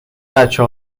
بچه